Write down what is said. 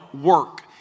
work